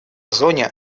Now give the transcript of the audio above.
зоне